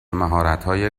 مهارتهای